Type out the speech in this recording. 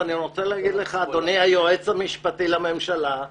אדוני היועץ המשפטי לממשלה,